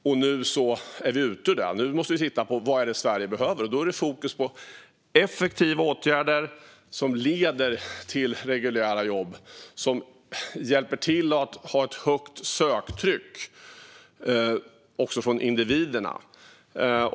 Men nu är vi ute ur pandemin och behöver titta på vad Sverige behöver, och då är fokus på effektiva, arbetsplatsnära åtgärder som leder till reguljära jobb och ger ett högt söktryck hos individer.